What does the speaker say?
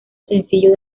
sencillo